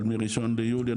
אבל מ-1 ביולי,